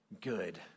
good